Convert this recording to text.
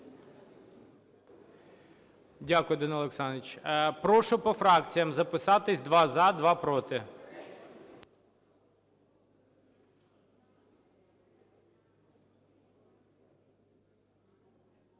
Дякую, Данило Олександрович. Прошу по фракціях записатися: два – за, два – проти.